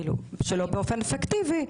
שלא באופן פיקטיבי,